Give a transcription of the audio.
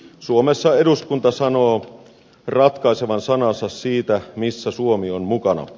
suomessa eduskunta sanoo ratkaisevan sanansa siitä missä suomi on mukana